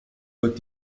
wird